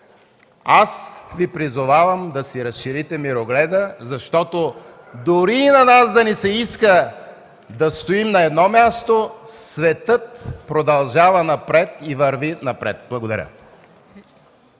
точка. Призовавам Ви да си разширите мирогледа, защото дори и на нас да ни се иска да стоим на едно място, светът продължава напред и върви напред. Благодаря.